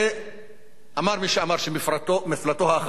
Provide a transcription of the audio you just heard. אמר מי שאמר שמפלטו האחרון של הפטריוטיזם,